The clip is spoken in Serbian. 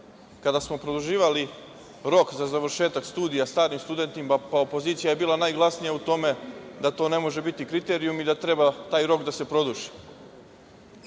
Kada smo produžavali rok za završetak studija starim studentima, opozicija je bila najglasnija u tome da to ne može biti kriterijum i da treba taj rok da se produži. Znam